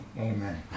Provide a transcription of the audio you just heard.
Amen